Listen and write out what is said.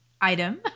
item